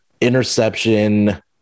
interception